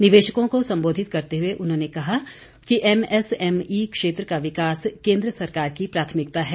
निवेशकों को संबोधित करते हुए उन्होंने कहा कि एम एसएमई क्षेत्र का विकास केन्द्र सरकार की प्राथमिकता है